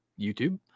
YouTube